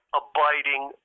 abiding